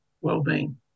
well-being